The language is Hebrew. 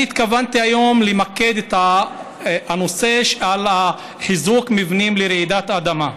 אני התכוונתי היום למקד את הנושא בחיזוק מבנים לרעידת אדמה,